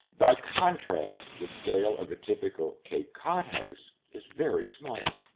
by contrast, the scale of a typical cape cod house is very small.